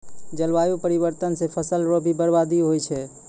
जलवायु परिवर्तन से फसल रो भी बर्बादी हो रहलो छै